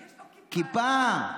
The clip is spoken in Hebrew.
כיפה,